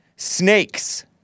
snakes